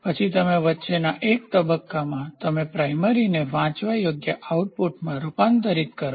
પછી તમે વચ્ચેના એક તબક્કામાં તમે પ્રાઇમરીપ્રાથમિકને વાંચવા યોગ્ય આઉટપુટમાં રૂપાંતરિત કરો